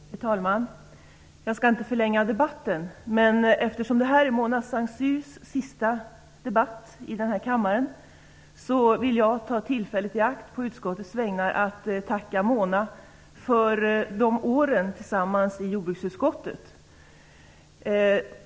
Fru talman! Jag skall inte förlänga debatten, men eftersom detta är Mona Saint Cyrs sista debatt i denna kammare vill jag ta tillfället i akt att på utskottets vägnar tacka henne för de åren tillsammans i jordbruksutskottet.